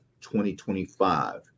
2025